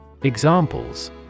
Examples